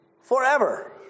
forever